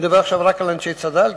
אני מדבר עכשיו רק על אנשי צד"ל,